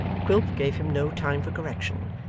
quilp gave him no time for correction,